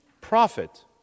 profit